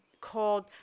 called